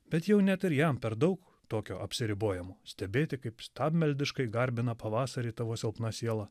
bet jau net ir jam per daug tokio apsiribojimo stebėti kaip stabmeldiškai garbino pavasarį tavo silpna siela